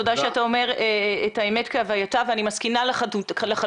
תודה שאתה אומר את האמת כהווייתה ואני מסכימה לחלוטין,